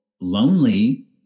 lonely